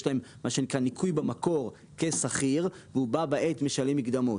שיש להם ניכוי במקור כשכירים ובה-בעת הם משלמים מקדמות.